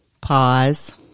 Pause